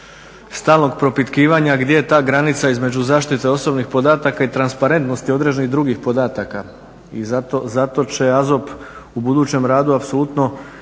stalnog propitkivanja gdje je ta granica između zaštite osobnih podataka i transparentnosti određenih drugih podataka i zato će AZOP u budućem radu apsolutno